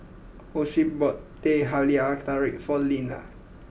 Hosea bought Teh Halia Tarik for Leanna